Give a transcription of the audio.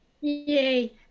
yay